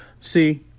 See